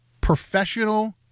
professional